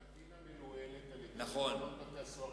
הקנטינה מנוהלת על-ידי שירות בתי-הסוהר,